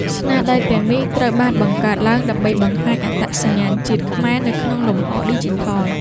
ស្នាដៃទាំងនេះត្រូវបានបង្កើតឡើង ដើម្បីបង្ហាញអត្តសញ្ញាណជាតិខ្មែរនៅក្នុងលំហឌីជីថល។